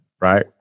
right